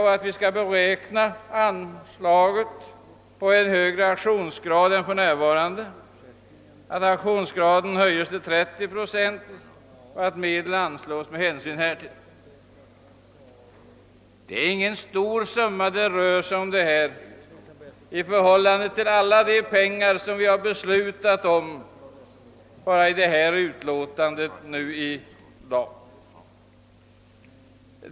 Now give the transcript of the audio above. Därför föreslår vi att anslaget skall beräknas på en högre aktionsgrad än för närvarande; att aktionsgraden höjs till 30 procent och att medel anslås med hänsyn härtill. Det rör sig här inte om någon stor summa i förhållande till alla de anslag vi beslutat om i det utlåtande vi nu behandlar.